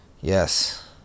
Yes